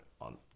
on